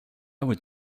would